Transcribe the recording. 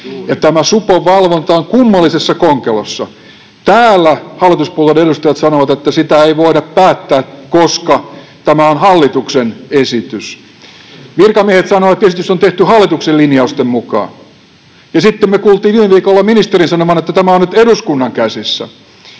Tämä supon valvonta on kummallisessa konkelossa: Täällä hallituspuolueiden edustajat sanovat, että sitä ei voida päättää, koska tämä on hallituksen esitys. Virkamiehet sanovat, että esitys on tehty hallituksen linjausten mukaan. Ja sitten me kuulimme viime viikolla ministerin sanovan, että tämä on nyt eduskunnan käsissä.